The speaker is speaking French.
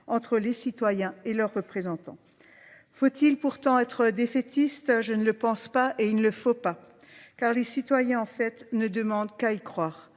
entre les citoyens et leurs représentants. Faut-il pourtant être défaitiste ? Je ne le pense pas et il ne le faut pas. Car les citoyens, en fait, ne demandent qu'à y croire.